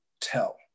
tell